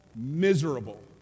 miserable